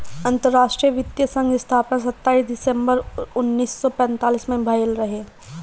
अंतरराष्ट्रीय वित्तीय संघ स्थापना सताईस दिसंबर उन्नीस सौ पैतालीस में भयल रहे